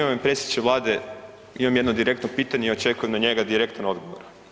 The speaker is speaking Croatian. Zanima me predsjedniče Vlade imam jedno direktno pitanje i očekujem na njega direktan odgovor.